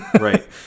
Right